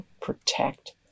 protect